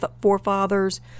forefathers